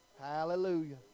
Hallelujah